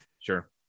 Sure